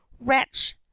Wretch